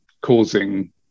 causing